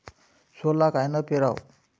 सोला कायनं पेराव?